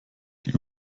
die